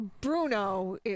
Bruno